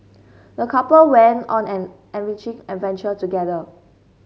the couple went on an enriching adventure together